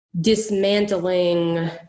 dismantling